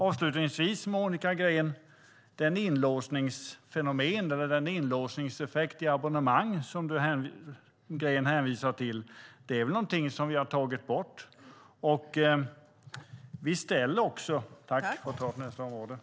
Avslutningsvis: Den inlåsning i abonnemang som Monica Green hänvisar är väl något som vi har tagit bort? Resten får jag ta i mitt nästa inlägg.